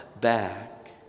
back